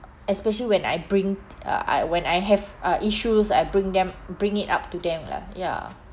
especially when I bring uh I when I have uh issues I bring them bring it up to them lah ya